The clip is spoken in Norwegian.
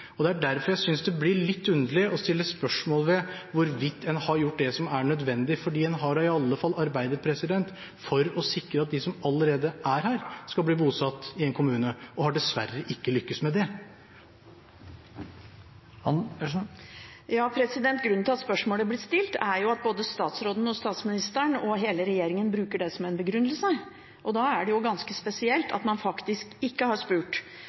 bosette. Det er derfor jeg synes det blir litt underlig å stille spørsmål ved hvorvidt en har gjort det som er nødvendig, for en har i alle fall arbeidet for å sikre at de som allerede er her, skal bli bosatt i en kommune, og har dessverre ikke lyktes med det. Grunnen til at spørsmålet er blitt stilt, er jo at både statsråden og statsministeren og hele regjeringen bruker det som en begrunnelse, og da er det jo ganske spesielt at man faktisk ikke har spurt.